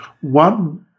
one